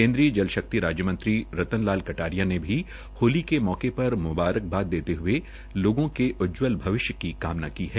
केन्द्रीय जल शक्ति राज्य मंत्री रतन लाल कटारिया ने भी होली के मौके पर म्बारकबाद देते हये लोगों के उज्जवल भविष्य की कामना की है